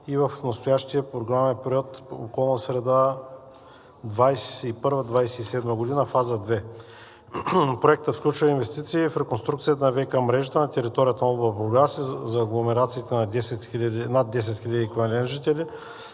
и в настоящия програмен период –„Околна среда“ 2021 – 2027 г., фаза 2. Проектът включва инвестиции в реконструкцията на ВиК мрежата на територията на област Бургас за агломерация на над 10 000 жители,